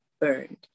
burned